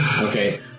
Okay